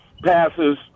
Passes